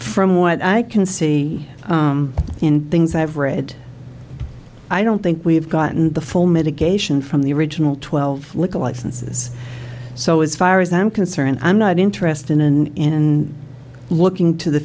from what i can see in things i've read i don't think we have gotten the full mitigation from the original twelve liquor licenses so as far as i'm concerned i'm not interested in looking to the